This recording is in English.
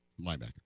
linebacker